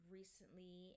recently